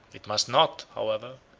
it must not, however,